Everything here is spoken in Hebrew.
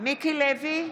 מיקי לוי,